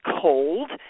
cold